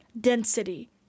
density